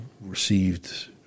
received